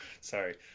Sorry